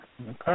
Okay